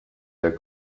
der